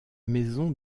maison